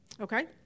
Okay